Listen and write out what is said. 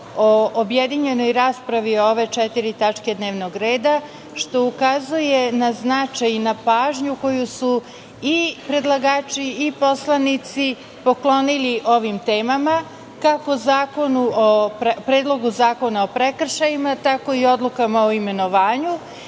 o objedinjenoj raspravi ove četiri tačke dnevnog reda, što ukazuje na značaj i na pažnju koju su i predlagači i poslanici poklonili ovim temama, kako o Predlogu zakona o prekršajima, tako i o odlukama o imenovanju